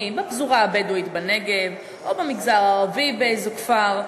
בפזורה הבדואית בנגב או במגזר הערבי באיזה כפר,